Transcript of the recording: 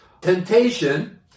temptation